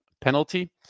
penalty